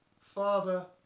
Father